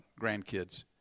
grandkids